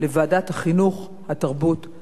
התרבות והספורט של הכנסת.